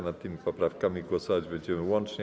Nad tymi poprawkami głosować będziemy łącznie.